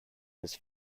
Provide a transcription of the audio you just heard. was